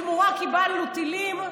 בתמורה קיבלנו טילים.